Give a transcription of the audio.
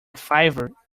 fiver